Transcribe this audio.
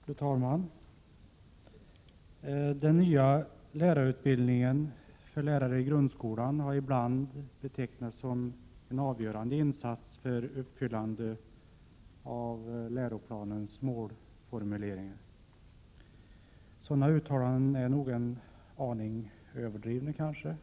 Fru talman! Den nya lärarutbildningen för lärare i grundskolan har ibland betecknats som en avgörande insats för uppfyllande av läroplanens målfor muleringar. Sådana uttalanden är kanske en aning överdrivna. Men lärarut — Prot.